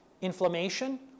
inflammation